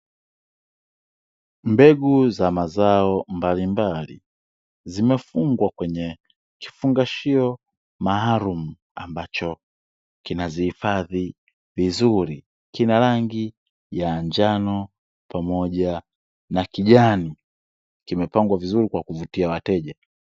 Mbegu za mazao mbalimbali, zimefungwa kwenye kifungashio maalumu ambacho kinazihifadhi vizuri. Kina rangi ya njano pamoja na kijani. Kimepangwa vizuri kwa kuvutia wateja.